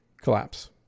collapse